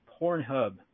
Pornhub